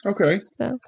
okay